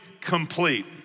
complete